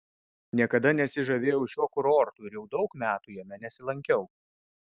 niekada nesižavėjau šiuo kurortu ir jau daug metų jame nesilankiau